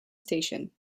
station